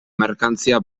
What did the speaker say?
merkantzia